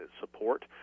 support